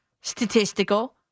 statistical